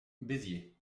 béziers